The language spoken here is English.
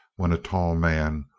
when a tall man,